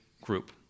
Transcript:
group